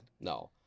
No